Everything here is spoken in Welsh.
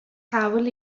hawl